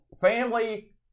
family